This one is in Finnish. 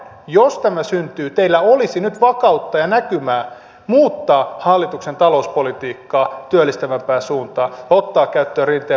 jos tämä syntyy teillä olisi nyt vakautta ja näkymää muuttaa hallituksen talouspolitiikkaa työllistävämpään suuntaan ja ottaa käyttöön rinteen malli